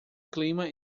clima